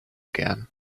again